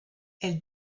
elle